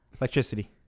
electricity